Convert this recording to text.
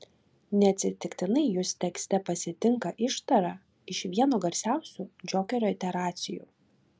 neatsitiktinai jus tekste pasitinka ištara iš vieno garsiausių džokerio iteracijų